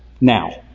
now